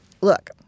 Look